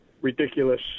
ridiculous